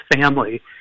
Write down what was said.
family